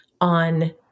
on